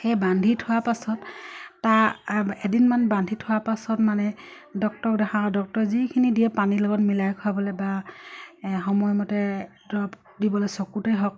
সেই বান্ধি থোৱাৰ পাছত তাৰ এদিনমান বান্ধি থোৱাৰ পাছত মানে ডক্টৰ দেখাও ডক্টৰে যিখিনি দিয়ে পানীৰ লগত মিলাই খুৱাবলে বা সময়মতে ড্ৰপ দিবলে চকুতে হওক